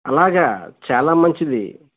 అలాగా చాలా మంచిది